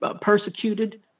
persecuted